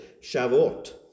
Shavuot